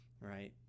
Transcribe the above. right